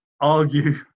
argue